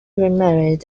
remarried